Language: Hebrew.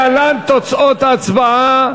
להלן תוצאות ההצבעה,